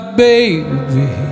baby